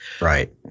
Right